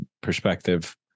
perspective